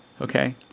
okay